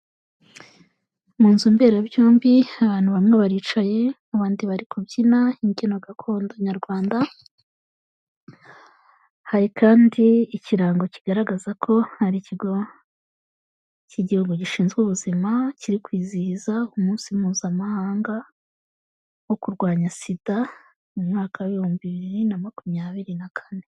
Mu nzu mberabyombi, abantu bamwe baricaye, abandi bari kubyina imbyino gakondo nyarwanda, hari kandi ikirango kigaragaza ko ari ikigo cy'igihugu gishinzwe ubuzima kiri kwizihiza umunsi mpuzamahanga wo kurwanya sida, mu mwaka ibihumbi bibiri na makumyabiri na kane.